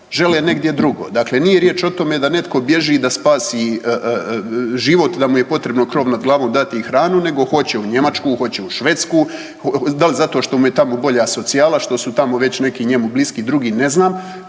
žele negdje drugo. Dakle, nije riječ o tome da netko bježi da spasi život, da mu je potrebno krov nad glavom dati i hranu nego hoće u Njemačku, hoće u Švedsku. Da li zato što mu je tamo bolja socijala, što su tamo već neki njemu bliski drugi ne znam,